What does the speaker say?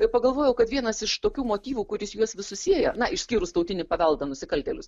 ir pagalvojau kad vienas iš tokių motyvų kuris juos visus sieja na išskyrus tautinį paveldą nusikaltėlius